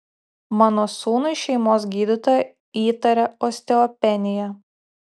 mano sūnui šeimos gydytoja įtaria osteopeniją